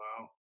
wow